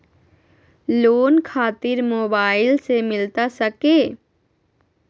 Loan खातिर mobile से मिलता सके?